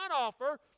offer